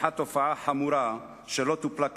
התפתחות תופעה חמורה שלא טופלה כראוי,